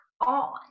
on